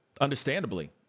understandably